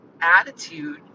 attitude